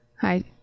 Hi